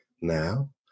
now